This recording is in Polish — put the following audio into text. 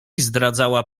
zdradzała